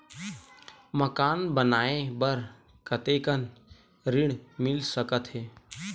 मकान बनाये बर कतेकन ऋण मिल सकथे?